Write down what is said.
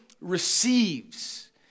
receives